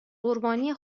قربانی